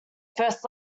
first